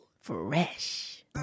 Fresh